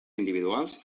individuals